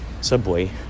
subway